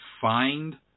find